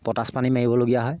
potash পানী মাৰিবলগীয়া হয়